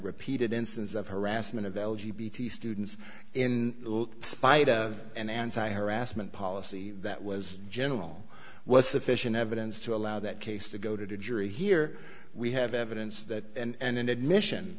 repeated instances of harassment of l g b t students in spite of an anti harassment policy that was general was sufficient evidence to allow that case to go to the jury here we have evidence that and an admission